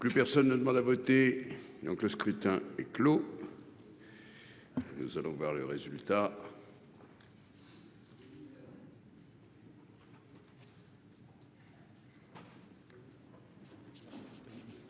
Plus personne ne demande à voter. Donc, le scrutin est clos. Nous allons voir le résultat.